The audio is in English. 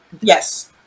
Yes